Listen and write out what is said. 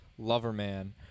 Loverman